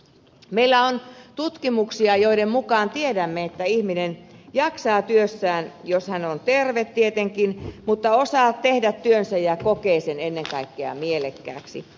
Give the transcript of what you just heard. meillä on tutkimuksia joiden mukaan tiedämme että ihminen jaksaa työssään jos hän on terve tietenkin mutta osaa tehdä työnsä ja kokee sen ennen kaikkea mielekkääksi